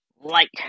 light